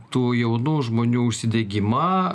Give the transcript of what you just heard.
tų jaunų žmonių užsidegimą